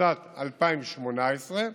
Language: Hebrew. בשנת 2018,